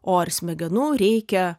o ar smegenų reikia